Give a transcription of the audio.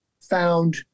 found